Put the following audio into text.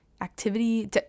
Activity